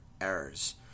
errors